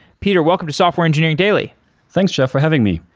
peter, welcome to software engineering daily thanks, jeff, for having me.